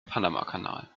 panamakanal